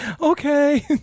okay